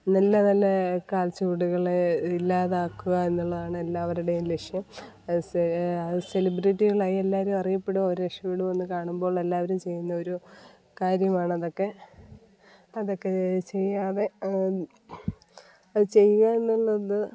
നല്ല നല്ല കാൽചുവടുകളെ ഇല്ലാതാക്കുക എന്നുള്ളതാണ് എല്ലാവരുടെയും ലക്ഷ്യം അത് സെ അത് സെലിബ്രിറ്റികളായി എല്ലാവരും അറിയപ്പെടോ അവർ രക്ഷപ്പെടൂന്ന് കാണുമ്പോൾ എല്ലാവരും ചെയ്യുന്ന ഒരു കാര്യമാണ് അതൊക്കെ അതൊക്കെ ചെയ്യാതെ അത് ചെയ്യാന്നുള്ളത്